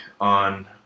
on